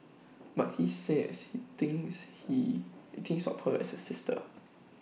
but he say as he thinks he thinks of her as A sister